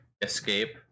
escape